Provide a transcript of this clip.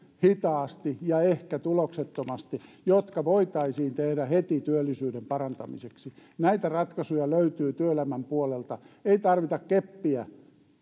hitaasti ja ehkä tuloksettomasti jotka voitaisiin tehdä heti työllisyyden parantamiseksi näitä ratkaisuja löytyy työelämän puolelta ei tarvita keppiä